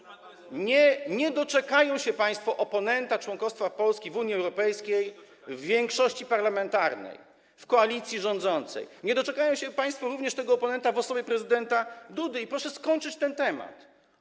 Nie doczekają się państwo oponenta, przeciwnika członkostwa Polski w Unii Europejskiej w większości parlamentarnej, w koalicji rządzącej, nie doczekają się państwo również tego oponenta w osobie prezydenta Dudy i proszę skończyć ten temat.